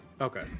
okay